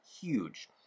huge